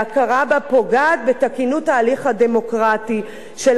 וההכרה בה פוגעת בתקינות ההליך הדמוקרטי של